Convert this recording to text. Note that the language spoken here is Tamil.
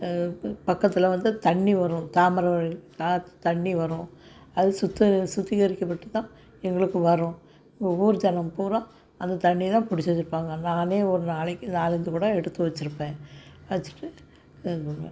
பக்கத்தில் வந்து தண்ணி வரும் தாமிரபரணி தா தண்ணி வரும் அது சுத்த சுத்திகரிக்கப்பட்டு தான் எங்களுக்கு வரும் எங்க ஊர் ஜனம் பூரா அந்த தண்ணியை தான் புடிச்சு வச்சுருப்பாங்க நானே ஒரு நாளைக்கு நாலஞ்சு குடம் எடுத்து வச்சிருப்பேன் வச்சிட்டு இது பண்ணுவேன்